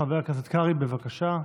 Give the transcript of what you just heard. חבר הכנסת קרעי, בבקשה.